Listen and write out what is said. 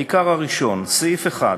העיקר הראשון, סעיף 1: